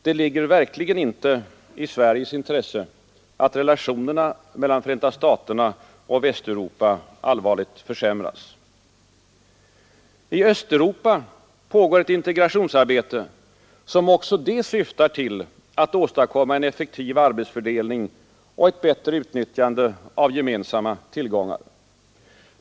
Det ligger verkligen inte i vårt lands intresse att relationerna mellan Förenta staterna och Västeuropa allvarligt försämras. I Östeuropa pågår ett integrationsarbete, som också det syftar till att åstadkomma en effektiv arbetsfördelning och ett bättre utnyttjande av gemensamma tillgångar.